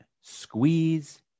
Squeeze